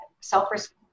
self-respect